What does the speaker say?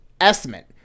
estimate